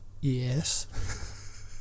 yes